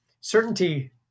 certainty